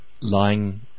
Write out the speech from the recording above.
lying